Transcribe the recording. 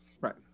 right